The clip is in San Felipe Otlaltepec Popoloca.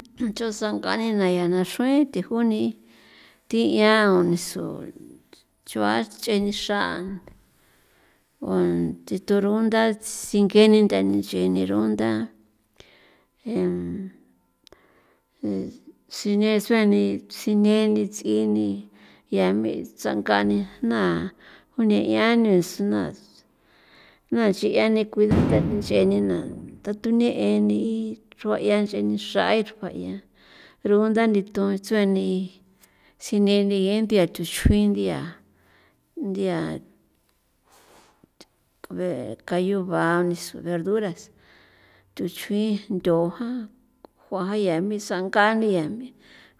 chjo sanga ni na ya na chrjuin thi juni thi'ian o nisu ch'ua ch'e ni xra o thi thurunda tsinke ni ntha ni tsi ni runda e sine sueni si neni ts'i ni ya me tsanga ni jna juni 'ian ni suna jna chian ni cuidado nch'e ni na tathu ne'e ni chr'ua'ia ni nche xra ichrue'ia rugunda ni thoan tsuen ni sine ni ngee nthia tuchjuin nthia nthia kabe' kayu ba ni se verduras thuchjuin ntho jan kjuaja yami sangan ni ya mi